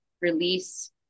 release